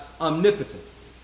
omnipotence